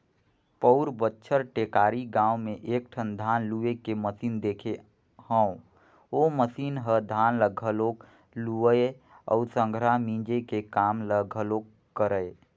पउर बच्छर टेकारी गाँव में एकठन धान लूए के मसीन देखे हंव ओ मसीन ह धान ल घलोक लुवय अउ संघरा मिंजे के काम ल घलोक करय